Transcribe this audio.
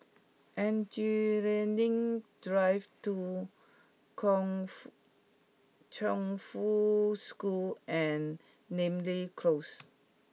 Engineering Drive two Kung Fu Chongfu School and Namly Close